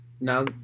now